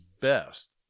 best